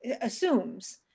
assumes